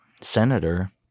senator